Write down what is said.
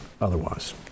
otherwise